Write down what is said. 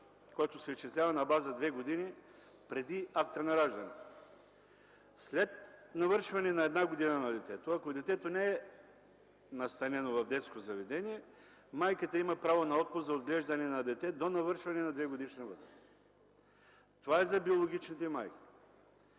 който се изчислява на база две години преди акта на раждане. След навършване на една година на детето, ако детето не е настанено в детско заведение, майката има право на отпуск за отглеждане на детето до навършване на двегодишна възраст. Това е за биологичните майки,